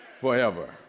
forever